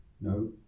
no